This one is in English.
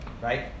Right